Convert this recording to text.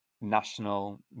national